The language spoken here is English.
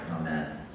Amen